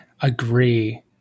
agree